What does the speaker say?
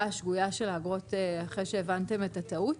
השגויה של האגרות אחרי שהבנתם את הטעות?